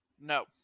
No